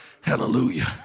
Hallelujah